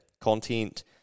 content